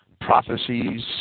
prophecies